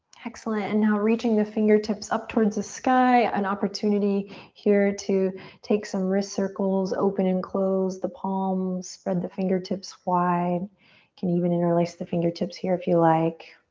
excellent and now reaching the fingertips up towards the sky. an opportunity here to take some wrist circles. open and close the palms. spread the fingertips wide. you can even interlace the fingertips here if you like.